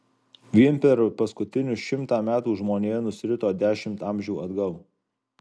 vien per paskutinius šimtą metų žmonija nusirito dešimt amžių atgal